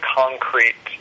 concrete